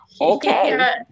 okay